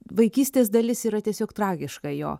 vaikystės dalis yra tiesiog tragiška jo